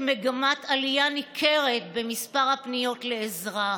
מגמת עלייה ניכרת במספר הפניות לעזרה.